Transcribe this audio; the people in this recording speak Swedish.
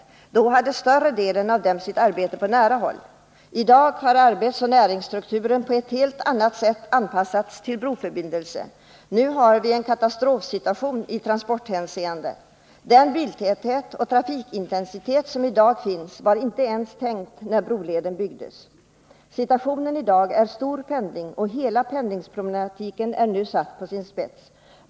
För 20 år sedan hade större delen av befolkningen sitt arbete på nära håll. I dag har arbetsoch näringsstrukturen på ett helt annat sätt anpassats till broförbindelse. Nu har vi en katastrofsituation i transporthänseende. Den biltäthet och trafikintensitet som i dag finns var inte ens tänkt när broleden byggdes. Situationen i dag utmärks av pendling i stor omfattning, och hela pendlingsproblematiken är nu satt på sin spets.